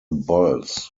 bulls